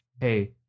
hey